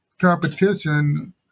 competition